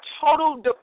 total